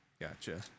Gotcha